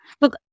Look